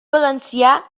valencià